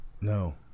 No